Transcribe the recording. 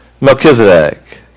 Melchizedek